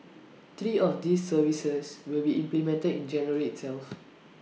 three of these services will be implemented in January itself